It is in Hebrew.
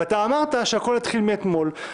ואמרת שהכול התחיל מאתמול,